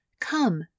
Come